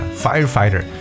，firefighter 。